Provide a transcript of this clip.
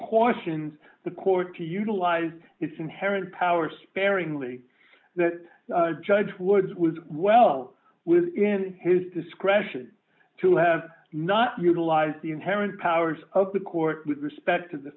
cautions the court to utilize its inherent power sparingly that judge woods was well within his discretion to have not utilize the inherent powers of the court with respect to